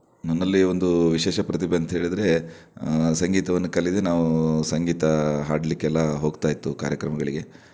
ನನ್ನಲ್ಲಿ ಒಂದು ವಿಶೇಷ ಪ್ರತಿಭೆ ಅಂತ ಹೇಳಿದರೆ ಸಂಗೀತವನ್ನು ಕಲಿಯದೇ ನಾವು ಸಂಗೀತ ಹಾಡಲಿಕ್ಕೆ ಎಲ್ಲ ಹೋಗ್ತಾ ಇತ್ತು ಕಾರ್ಯಕ್ರಮಗಳಿಗೆ